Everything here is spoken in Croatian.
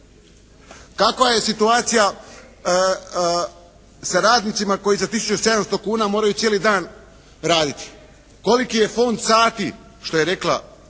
Kakva je situacija sa radnicima koji za 1.700,00 kuna moraju cijeli dan raditi? Koliki je fond sati što je rekla